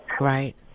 Right